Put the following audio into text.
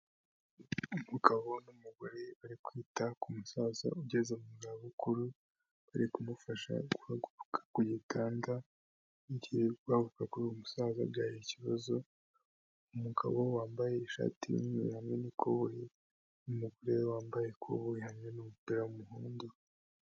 Umugabo n'umugore bari kwita ku musaza ugeze mu za bukuru, bari kumufasha guhaguruka ku gitanda, igihe guhaguruka kuri uwo musaza byari ikibazo, umugabo wambaye ishati y'umweru hamwe n'ikoboyi, n'umugore we wambaye ikoboyi hamwe n'umupira w'umuhondo.